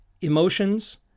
emotions